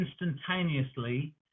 instantaneously